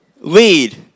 lead